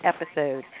episode